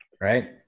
Right